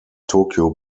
tokyo